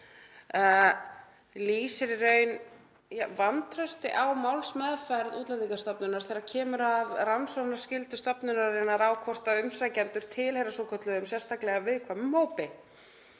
lýsir í raun vantrausti á málsmeðferð Útlendingastofnunar þegar kemur að rannsóknarskyldu stofnunarinnar varðandi hvort umsækjendur tilheyra svokölluðum sérstaklega viðkvæmum hópi.